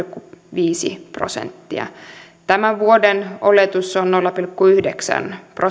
viisi prosenttia tämän vuoden oletus on nolla pilkku yhdeksän